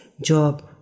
job